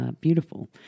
beautiful